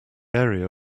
area